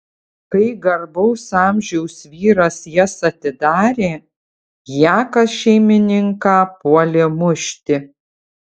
kai garbaus amžiaus vyras jas atidarė jakas šeimininką puolė mušti